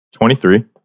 23